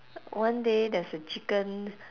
one day there's a chicken